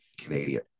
Canadian